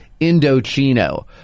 Indochino